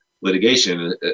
litigation